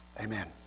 Amen